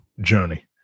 journey